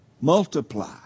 Multiply